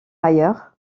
ailleurs